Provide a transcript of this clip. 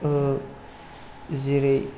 जेरै